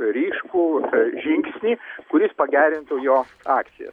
ryškų žingsnį kuris pagerintų jo akcijas